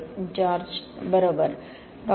डॉ George बरोबर डॉ